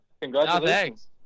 Congratulations